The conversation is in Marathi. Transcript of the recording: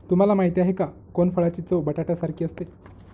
तुम्हाला माहिती आहे का? कोनफळाची चव बटाट्यासारखी असते